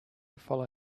follow